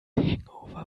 hangover